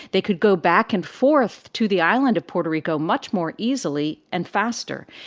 they could go back and forth to the island of puerto rico much more easily and faster.